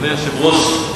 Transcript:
אדוני היושב-ראש,